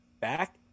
back